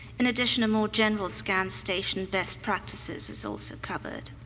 in addition, a more general scan station best practices is also covered.